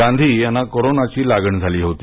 गांधी यांना कोरोनाची लागण झाली होती